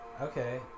Okay